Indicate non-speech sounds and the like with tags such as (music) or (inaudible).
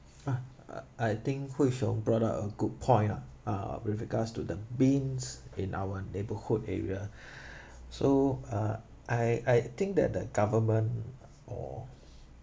!huh! I I think hui xiong brought up a good point ah uh with regards to the bins in our neighbourhood area (breath) so uh I I think that the government or